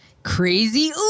Crazy